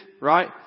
right